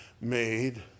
made